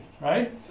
right